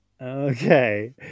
Okay